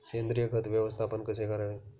सेंद्रिय खत व्यवस्थापन कसे करावे?